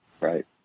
Right